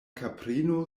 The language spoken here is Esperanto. kaprino